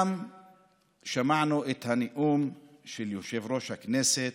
גם שמענו את הנאום של יושב-ראש הכנסת,